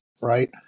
right